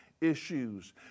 issues